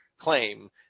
claim